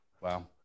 Wow